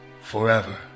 Forever